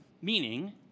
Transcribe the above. meaning